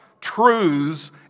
truths